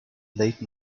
late